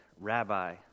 Rabbi